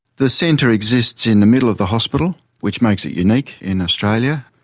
the centre exists in the middle of the hospital, which makes it unique in australia,